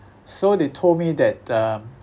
so they told me that um